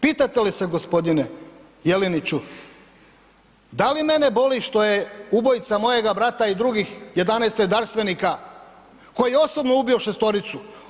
Pitate li se gospodine Jeleniću da li mene boli što je ubojica mojega brata i drugih 11 redarstvenika, koji je osobno ubio šestoricu?